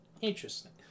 Interesting